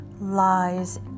lies